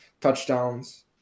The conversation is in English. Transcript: touchdowns